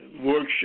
workshop